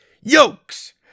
yokes